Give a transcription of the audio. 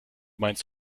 meinst